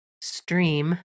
stream